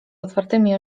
otwartymi